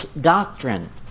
doctrine